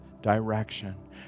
direction